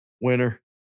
winner